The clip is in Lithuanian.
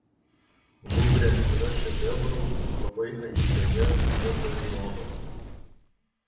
luvre yra šedevrų labai aiškioje vietoj rodomų